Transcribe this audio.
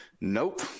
Nope